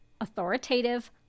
authoritative